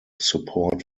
support